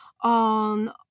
on